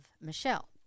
Michelle